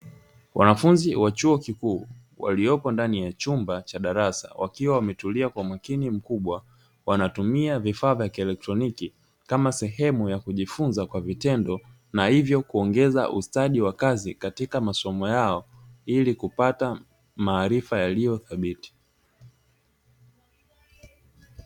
Wanafunzi wa chuo kikuu waliopo ndani ya chumba cha darasa wakiwa wametulia kwa makini mkubwa, wanatumia vifaa vya elektroniki kama sehemu ya kujifunza kwa vitendo, na hivyo kuongeza ustadi wa kazi katika masomo yao, ili kupata maarifa yaliyo thabiti.